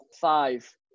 five